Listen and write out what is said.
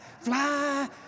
fly